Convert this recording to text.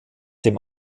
dem